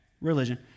religion